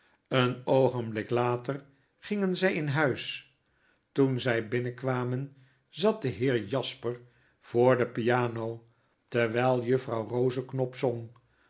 lezen eenoogenblik later gingen zij in huis toen zy binnenkwamen zat de heer jasper voor de piano terwjjl juffrouw rozeknop zong